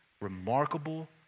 remarkable